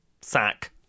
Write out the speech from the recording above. sack